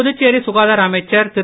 புதுச்சேரி சுகாதார அமைச்சர் திரு